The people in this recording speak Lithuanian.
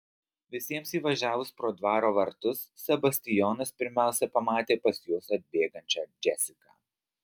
visiems įvažiavus pro dvaro vartus sebastijonas pirmiausia pamatė pas juos atbėgančią džesiką